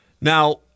now